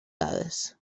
dades